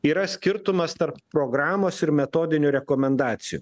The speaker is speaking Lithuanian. yra skirtumas tarp programos ir metodinių rekomendacijų